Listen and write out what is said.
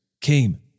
came